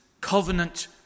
covenant